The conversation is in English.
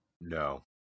No